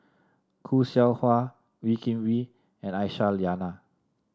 Khoo Seow Hwa Wee Kim Wee and Aisyah Lyana